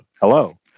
hello